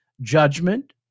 judgment